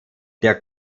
der